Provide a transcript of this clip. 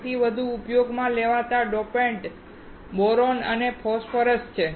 સૌથી વધુ ઉપયોગમાં લેવાતા ડોપન્ટ્સ બોરોન અને ફોસ્ફરસ છે